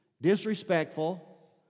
disrespectful